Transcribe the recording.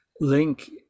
link